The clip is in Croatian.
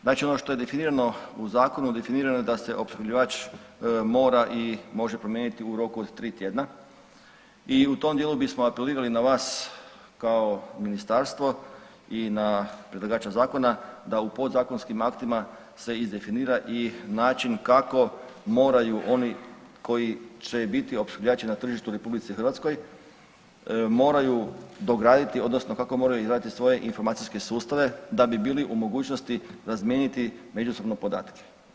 Znači ono što je definirano u zakonu definirano je da se opskrbljivač mora i može promijeniti u roku od tri tjedna i u tom dijelu bismo apelirali na vas kao ministarstvo i na predlagača zakona da u podzakonskim aktima se izdefinira i način kako moraju oni koji će biti opskrbljivači na tržištu u RH moraju dograditi odnosno kako moraju izraditi svoje informacijske sustave da bi bili u mogućnosti razmijeniti međusobno podatke.